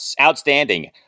Outstanding